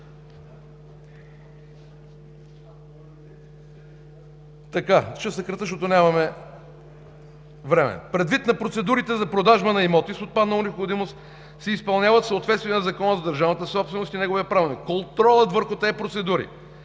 Ще съкратя, защото нямаме време. Процедурите за продажба на имоти с отпаднала необходимост се изпълняват в съответствие на Закона за държавната собственост и неговия правилник. Контролът върху тези процедури